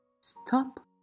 stop